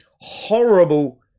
horrible